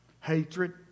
Hatred